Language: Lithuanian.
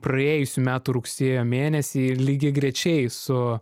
praėjusių metų rugsėjo mėnesį ir lygiagrečiai su